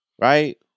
Right